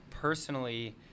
personally